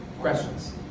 Questions